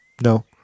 No